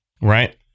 Right